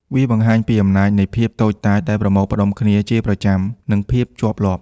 វាបានបង្ហាញពី អំណាចនៃភាពតូចតាចដែលប្រមូលផ្ដុំគ្នាជាប្រចាំ និងភាពជាប់លាប់។